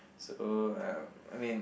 so um I mean